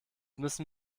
müssen